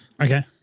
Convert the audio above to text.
Okay